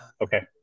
okay